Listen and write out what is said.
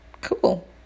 cool